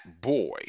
boy